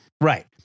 Right